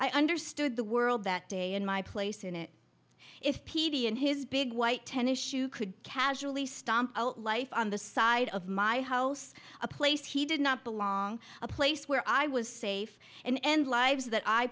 i understood the world that day and my place in it if p t and his big white tennis shoe could casually stomp life on the side of my house a place he did not belong a place where i was safe and lives that i